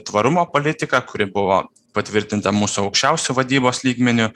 tvarumo politiką kuri buvo patvirtinta mūsų aukščiausiu vadybos lygmeniu